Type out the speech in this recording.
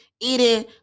eating